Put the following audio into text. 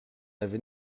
avez